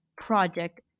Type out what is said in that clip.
project